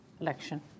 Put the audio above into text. election